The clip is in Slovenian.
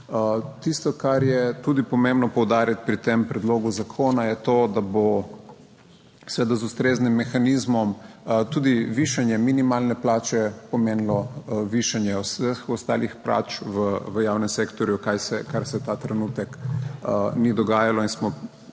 Tisto, kar je tudi pomembno poudariti pri tem predlogu zakona je to, da bo seveda z ustreznim mehanizmom tudi višanje minimalne plače pomenilo višanje vseh ostalih plač v javnem sektorju, kar se ta trenutek ni dogajalo in smo bili